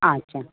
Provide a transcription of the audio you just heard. आं अच्छा